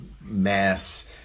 mass